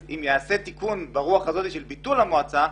אם ייעשה תיקון ברוח הזאת של ביטול המועצה,